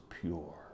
pure